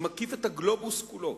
שמקיף את הגלובוס כולו